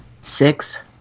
six